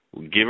give